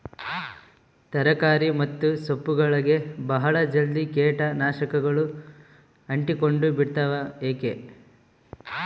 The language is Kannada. ತರಕಾರಿ ಮತ್ತು ಸೊಪ್ಪುಗಳಗೆ ಬಹಳ ಜಲ್ದಿ ಕೇಟ ನಾಶಕಗಳು ಅಂಟಿಕೊಂಡ ಬಿಡ್ತವಾ ಯಾಕೆ?